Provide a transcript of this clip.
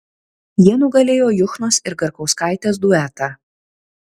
jie nugalėjo juchnos ir garkauskaitės duetą